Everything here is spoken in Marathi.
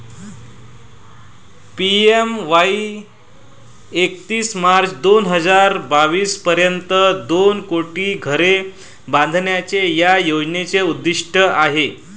पी.एम.ए.वाई एकतीस मार्च हजार बावीस पर्यंत दोन कोटी घरे बांधण्याचे या योजनेचे उद्दिष्ट आहे